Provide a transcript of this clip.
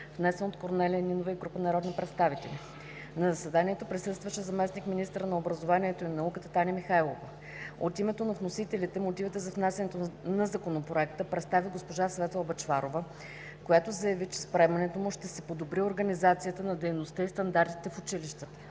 внесен от Корнелия Нинова и група народни представители. На заседанието присъстваше заместник-министърът на образованието и науката – Таня Михайлова. От името на вносителите мотивите за внасянето на Законопроекта представи госпожа Светла Бъчварова, която заяви, че с приемането му ще се подобри организацията на дейността и стандартите в училищата.